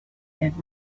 that